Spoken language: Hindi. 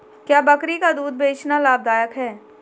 क्या बकरी का दूध बेचना लाभदायक है?